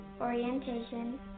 orientation